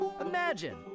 Imagine